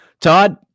Todd